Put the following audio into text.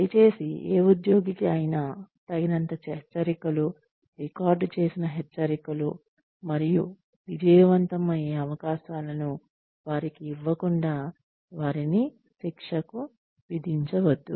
దయచేసి ఏ ఉద్యోగికి అయినా తగినంత హెచ్చరికలు రికార్డ్ చేసిన హెచ్చరికలు మరియు విజయవంతం అయ్యే అవకాశాలను వారికి ఇవ్వకుండా వారికి శిక్షను విదించవద్దు